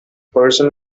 person